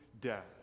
death